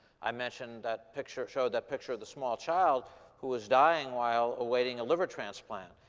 i mentioned that picture, showed that picture of the small child who was dying while awaiting a liver transplant.